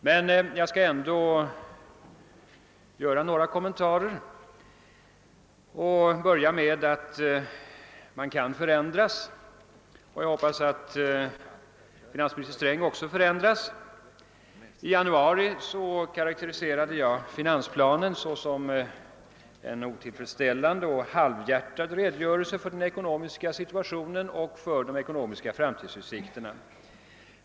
Men jag skall ändå göra några kommentarer och börja med att säga att man kan förändras. Jag hoppas att finansminister Sträng också förändras. I januari karakteriserade jag finansplanen som en otillfredsställande och halvhjärtad redogörelse för den ekonomiska situationen och för de ekonomiska framtidsutsikterna.